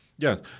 Yes